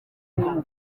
rukingo